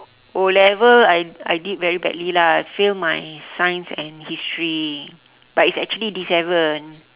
O-level I I did very badly lah fail my science and history but it's actually D seven